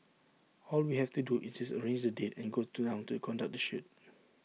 all we have to do is just arrange the date and go down to conduct the shoot